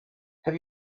have